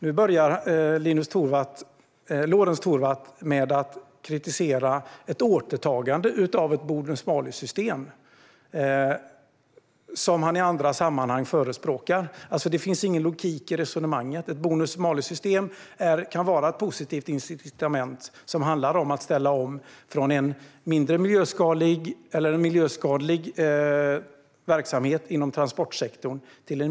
Nu börjar Lorentz Tovatt med att kritisera ett återtagande av ett bonus-malus-system som han i andra sammanhang förespråkar. Det finns ingen logik i resonemanget. Ett bonus-malus-system kan vara ett positivt incitament när det gäller att ställa om från en miljöskadlig till en mindre miljöskadlig verksamhet inom transportsektorn.